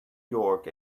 york